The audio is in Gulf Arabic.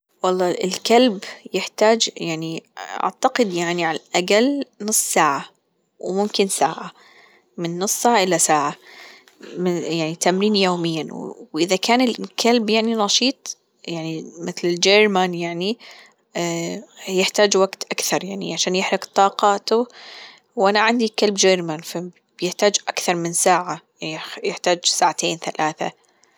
والله الكلب يحتاج يعني أعتقد يعني على الأجل نص ساعة وممكن ساعة من نص ساعة إلى ساعة يعني تمرين يوميا وإذا كان الكلب يعني نشيط يعني متل الجيرمان يعني يحتاج وقت أكثر يعني عشان يحرق طاقاته وأنا عندي الكلب جيرمان فبيحتاج اكثر من ساعة يحتاج ساعتين ثلاثة.